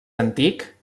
antic